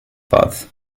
path